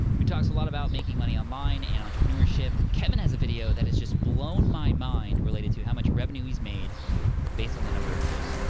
who talks a lot about making money online and entrepreneurship. kevin has a video that has just blown my mind related to how much revenue he's made based on the number of views.